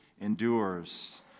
endures